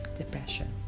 depression